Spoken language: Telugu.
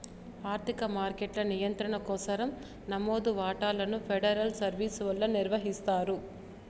ఆర్థిక మార్కెట్ల నియంత్రణ కోసరం నమోదు వాటాలను ఫెడరల్ సర్వీస్ వల్ల నిర్వహిస్తారు